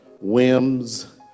whims